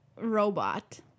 robot